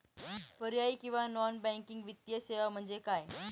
पर्यायी किंवा non banking वित्तीय सेवा म्हणजे काय?